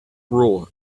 rule